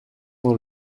dans